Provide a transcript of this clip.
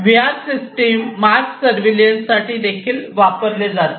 V R system mass surveillance साठी देखील वापरले जाते